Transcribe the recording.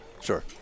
Sure